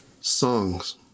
songs